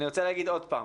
אני רוצה להגיד עוד פעם,